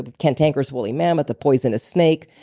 ah cantankerous wooly mammoth, a poisonous snake,